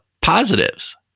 positives